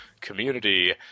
community